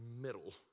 middle